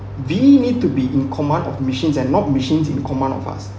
they need to be in command of machines and not machines in command of us